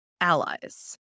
allies